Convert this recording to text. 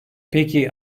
peki